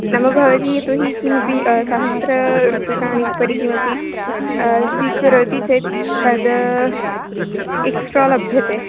नाम भवती यतो हि किमपि सहस्ररूप्यकाणाम् उपरि किमपि स्वीकरोति चेत् तद् एक्स्ट्रा लभ्यते